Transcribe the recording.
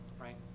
right